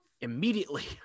immediately